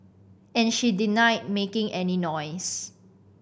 and she denied making any noise